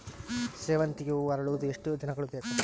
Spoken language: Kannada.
ಸೇವಂತಿಗೆ ಹೂವು ಅರಳುವುದು ಎಷ್ಟು ದಿನಗಳು ಬೇಕು?